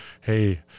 Hey